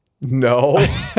No